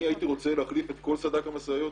אני הייתי רוצה להחליף את כל סד"כ המשאיות.